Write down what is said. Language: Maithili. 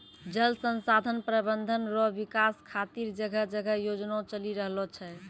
जल संसाधन प्रबंधन रो विकास खातीर जगह जगह योजना चलि रहलो छै